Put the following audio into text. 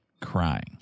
crying